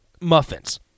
muffins